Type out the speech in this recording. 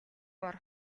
бор